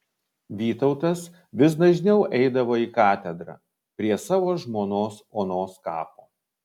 vytautas vis dažniau eidavo į katedrą prie savo žmonos onos kapo